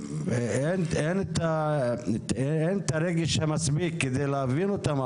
אין את הרגש המספיק כדי להבין אותם,